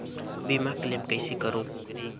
बीमा क्लेम कइसे करों?